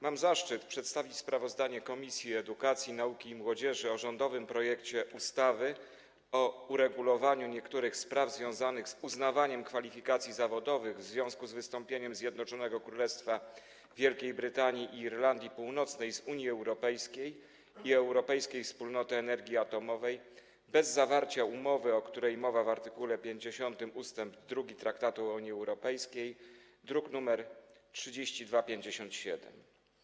Mam zaszczyt przedstawić sprawozdanie Komisji Edukacji, Nauki i Młodzieży dotyczące rządowego projektu ustawy o uregulowaniu niektórych spraw związanych z uznawaniem kwalifikacji zawodowych w związku z wystąpieniem Zjednoczonego Królestwa Wielkiej Brytanii i Irlandii Północnej z Unii Europejskiej i Europejskiej Wspólnoty Energii Atomowej bez zawarcia umowy, o której mowa w art. 50 ust. 2 Traktatu o Unii Europejskiej, druk nr 3257.